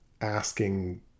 asking